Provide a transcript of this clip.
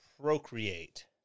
procreate